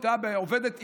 הייתה עובדת עירייה,